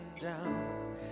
down